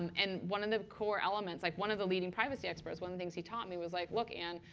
and and one of the core elements, like, one of the leading privacy experts, one of the things he taught me was like, look, anne,